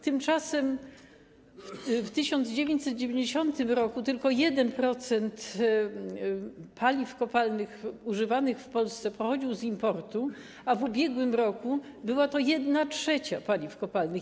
Tymczasem w 1990 r. tylko 1% paliw kopalnych używanych w Polsce pochodziło z importu, a w ubiegłym roku była to 1/3 paliw kopalnych.